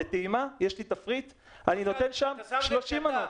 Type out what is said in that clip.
בטעימה יש לי תפריט, אני נותן שם 30 מנות.